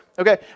Okay